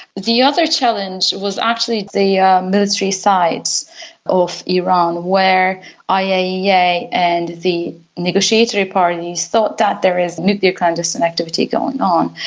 the other challenge was actually the military sites of iran where iaea ah yeah and the negotiating parties thought that there is nuclear clandestine activity going on.